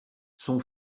son